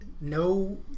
no